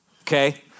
okay